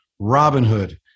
Robinhood